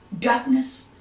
Darkness